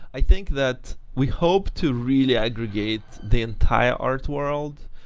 i think that we hope to really aggregate the entire art world.